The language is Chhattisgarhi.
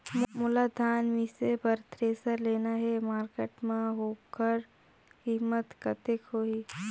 मोला धान मिसे बर थ्रेसर लेना हे मार्केट मां होकर कीमत कतेक होही?